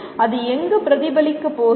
அது எங்கு பிரதிபலிக்கப் போகிறது